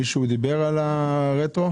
מישהו דיבר על הרטרואקטיביות?